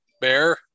Bear